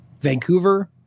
Vancouver